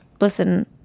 Listen